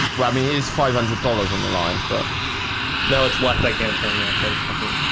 lambie is five hundred dollars on the line. but no, it's left. i can't turn the x i just fucking